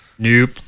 Nope